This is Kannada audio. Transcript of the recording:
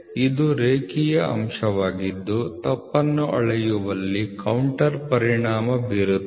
ಇದು ರೇಖೀಯ ಅಂಶವಾಗಿದ್ದು ತಪ್ಪನ್ನು ಅಳೆಯುವಲ್ಲಿ ಕೌಂಟರ್ ಪರಿಣಾಮ ಬೀರುತ್ತದೆ